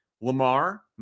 Lamar